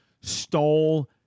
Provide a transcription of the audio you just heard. stole